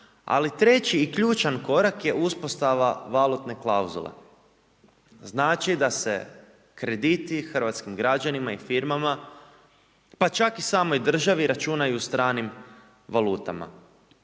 Ali, treći i ključan korak je uspostava valutne klauzule. Znači da se krediti hrvatskim građanima i firmama pa čak i samoj državi računaju u stranim valutama.